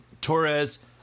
Torres